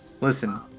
Listen